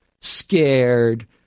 scared